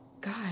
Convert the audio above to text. God